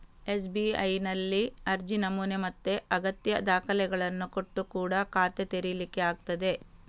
ಎಸ್.ಬಿ.ಐನಲ್ಲಿ ಅರ್ಜಿ ನಮೂನೆ ಮತ್ತೆ ಅಗತ್ಯ ದಾಖಲೆಗಳನ್ನ ಕೊಟ್ಟು ಕೂಡಾ ಖಾತೆ ತೆರೀಲಿಕ್ಕೆ ಆಗ್ತದೆ